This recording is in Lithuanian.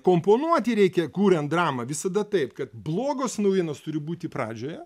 komponuoti reikia kuriant dramą visada taip kad blogos naujienos turi būti pradžioje